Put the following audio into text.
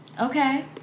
Okay